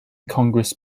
congress